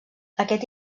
aquest